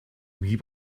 wie